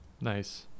Nice